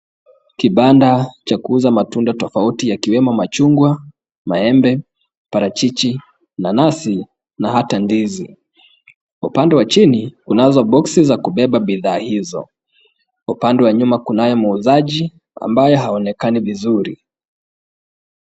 Kibanda cha kuuza matunda tofauti yakiwemo machungwa, maembe, parachichi, nanasi na hata ndizi. Upande wa chini kunazo boxi za kubeba bidhaa hizo. Upande wa nyuma kunaye muuzaji ambaye haonekani vizuri.